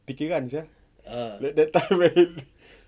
pikiran sia like that time